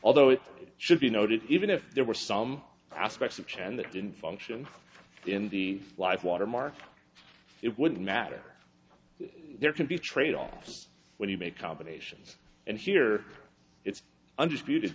although it should be noted even if there were some aspects of chance that didn't function in the life watermark it wouldn't matter there can be tradeoffs when you make combinations and here it's und